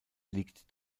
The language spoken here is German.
liegt